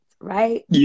right